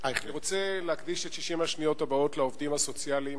אני רוצה להקדיש את 60 השניות הבאות לעובדים הסוציאליים